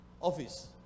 office